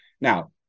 Now